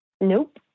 Nope